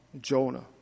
Jonah